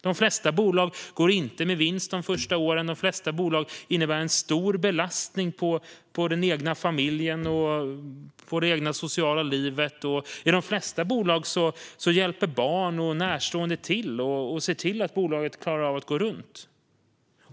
De flesta bolag går inte med vinst de första åren. De flesta bolag innebär en stor belastning på den egna familjen och på det egna sociala livet. I de flesta bolag hjälper barn och närstående till och ser till att bolaget klarar av att gå runt.